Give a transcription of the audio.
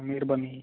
ਮਿਹਰਬਾਨੀ ਜੀ